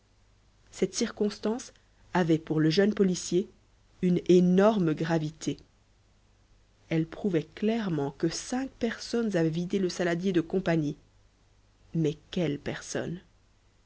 cette circonstance avait pour le jeune policier une énorme gravité elle prouvait clairement que cinq personnes avaient vidé le saladier de compagnie mais quelles personnes